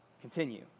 continue